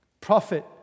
Prophet